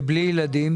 ובלי ילדים?